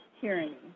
tyranny